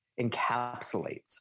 encapsulates